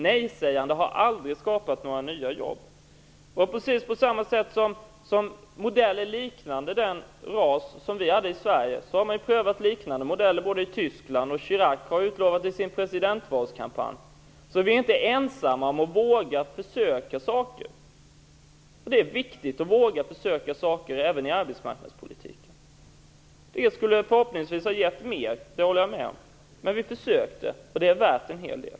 Nejsägandet har aldrig skapat några nya jobb. Modeller som liknar RAS i Sverige har prövats i t.ex. Tyskland. I sin presidentvalskampanj utlovade Chirac sådana åtgärder. Vi är inte ensamma om att våga försöka. Det är viktigt att våga försöka även inom arbetsmarknadspolitiken. RAS skulle förhoppningsvis ha gett mer, och det håller jag med om. Men vi försökte, och det är värt en hel del.